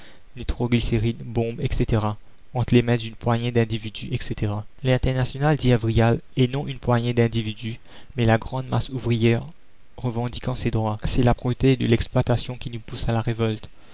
nitroglycérine bombes etc entre les mains d'une poignée d'individus etc l'internationale dit avrial est non une poignée d'individus mais la grande masse ouvrière revendiquant ses droits c'est l'âpreté de l'exploitation qui nous pousse à la révolte